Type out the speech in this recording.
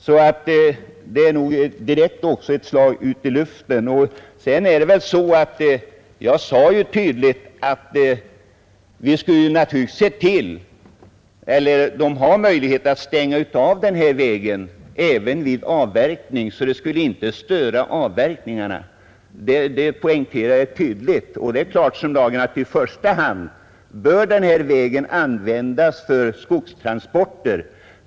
Herr Hanssons argumentering får nog betraktas som ett slag direkt ut i luften. Vidare finns det möjligheter att stänga av skogsbilvägarna vid t.ex. avverkningar, så att trafiken i samband därmed icke blir störd. Det poängterade jag tydligt. Det är klart som dagen att skogsbilvägar i första hand skall användas för skogstransporter.